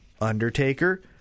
Undertaker